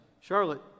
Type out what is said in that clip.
Charlotte